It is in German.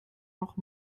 noch